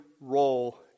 role